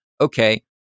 okay